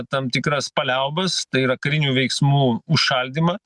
tam tikras paliaubas tai yra karinių veiksmų užšaldymą